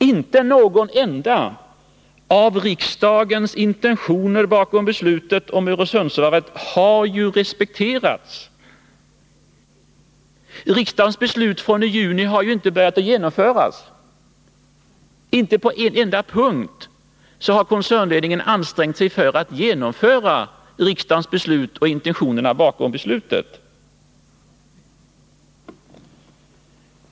Inte någon enda av riksdagens intentioner bakom beslutet om Öresundsvarvet har respekterats. Riksdagens beslut från i juni har inte börjat genomföras. Inte på en enda punkt har koncernledningen ansträngt sig för att genomföra riksdagens beslut och intentionerna bakom beslutet.